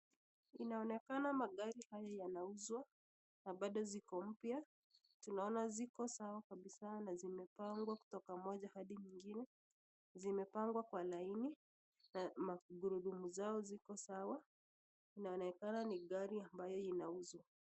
Inaonekana magari haya yanauzwa na Bado ziko mpya tunaona ziko sawa sana na zimepangwa kutoka Moja Hadi nyingine, imepangwa Kwa lakini na gurudumu zake ziko sawa inaonekana ni gari ambayo inauzwa